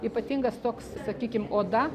ypatingas toks sakykim oda